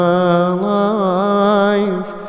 alive